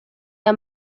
aya